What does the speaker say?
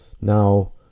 Now